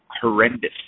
horrendous